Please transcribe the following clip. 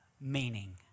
meaning